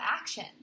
action